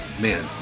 man